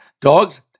dogs